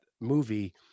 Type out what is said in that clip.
movie